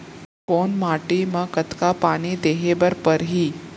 कोन माटी म कतका पानी देहे बर परहि?